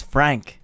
Frank